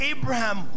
Abraham